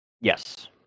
Yes